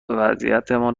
وضعیتمان